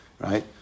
right